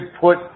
put